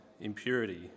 impurity